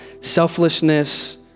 selflessness